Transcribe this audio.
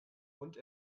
und